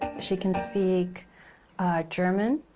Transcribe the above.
she can speak german.